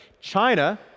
China